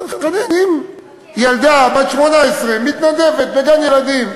כן, חנין, אם ילדה בת 18 מתנדבת בגן-ילדים,